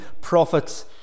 prophets